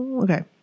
Okay